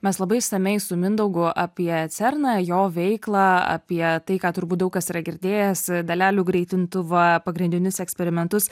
mes labai išsamiai su mindaugu apie cerną jo veiklą apie tai ką turbūt daug kas yra girdėjęs dalelių greitintuvą pagrindinius eksperimentus